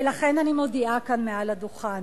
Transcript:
ולכן אני מודיעה כאן מעל לדוכן: